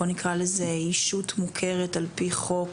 בואו נקרא לזה ישות מוכרת על פי חוק